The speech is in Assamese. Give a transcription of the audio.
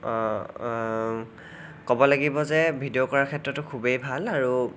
ক'ব লাগিব যে ভিডিঅ' কৰাৰ ক্ষেত্ৰতো খুবেই ভাল আৰু